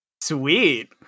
sweet